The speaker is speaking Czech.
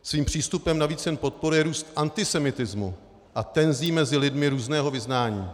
Svým přístupem navíc jen podporuje růst antisemitismu a tenzí mezi lidmi různého vyznání.